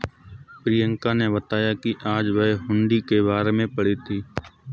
प्रियंका ने बताया कि आज वह हुंडी के बारे में पढ़ी थी